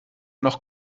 noch